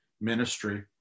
ministry